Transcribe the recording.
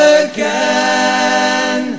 again